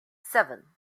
seven